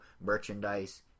merchandise